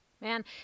Man